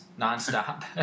nonstop